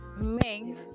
Ming